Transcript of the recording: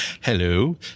Hello